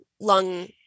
lung